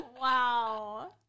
wow